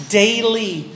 daily